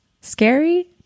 scary